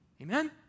Amen